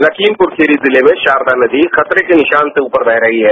लखीमपुर खीरी जिले में शारदा नदी खतरे के निशान से ऊपर बह रही है